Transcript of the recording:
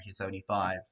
1975